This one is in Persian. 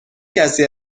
کسی